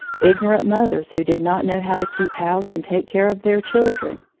ignorant mothers who did not know how to keep house and take care of their children,